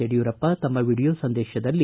ಯಡಿಯೂರಪ್ಪ ತಮ್ಮ ವಿಡಿಯೋ ಸಂದೇತದಲ್ಲಿ